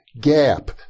gap